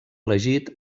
elegit